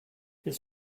his